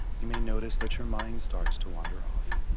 you may notice that your mind starts to wander off.